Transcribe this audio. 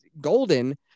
golden